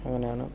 അങ്ങനെയാണ്